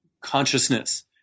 consciousness